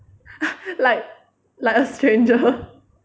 like like a stranger